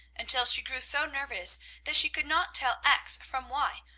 until she grew so nervous that she could not tell x from y,